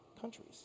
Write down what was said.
countries